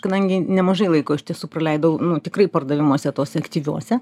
kadangi nemažai laiko iš tiesų praleidau nu tikrai pardavimuose tuose aktyviuose